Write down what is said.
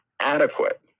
adequate